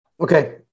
Okay